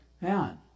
Man